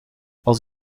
als